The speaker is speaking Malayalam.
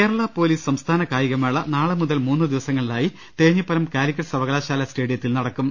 കേരളാ പോലീസ് സംസ്ഥാന കായികമേള നാളെ മുതൽ മൂന്നു ദിവസങ്ങളിലായി തേഞ്ഞിപ്പലം കാലിക്കറ്റ് സർവകലാശാലാ സ്റ്റേഡിയത്തിൽ നടക്കും